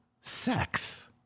sex